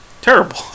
Terrible